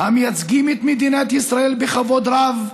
המייצגים את מדינת ישראל בכבוד רב,